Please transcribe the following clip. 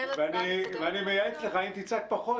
ואני מייעץ לך אם תצעק פחות,